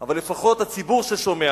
אבל לפחות הציבור ששומע